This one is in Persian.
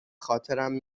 خاطرم